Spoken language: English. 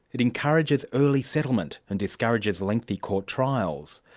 it encourages early settlement and discourages lengthy court trials.